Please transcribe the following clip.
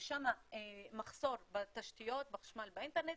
יש שם מחסור בתשתיות, בחשמל ובאינטרנט.